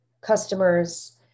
customers